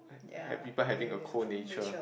have people having a cold nature